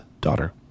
daughter